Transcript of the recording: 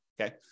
okay